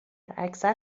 اکثر